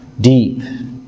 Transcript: deep